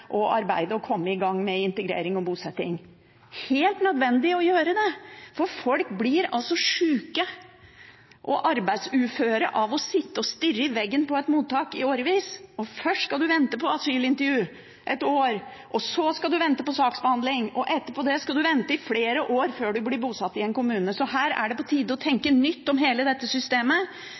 arbeide og komme i gang med integrering og bosetting. Det er helt nødvendig å gjøre det, for folk blir sjuke og arbeidsuføre av å sitte og stirre i veggen på et mottak i årevis. Først skal du vente i ett år på asylintervju, så skal du vente på saksbehandling og etter det skal du vente i flere år før du blir bosatt i en kommune. Her er det på tide å tenke nytt når det gjelder hele systemet.